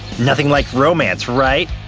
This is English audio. nothing like romance, right?